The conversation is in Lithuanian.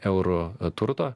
eurų turto